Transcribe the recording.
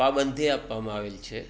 પાબંધી આપવામાં આવેલ છે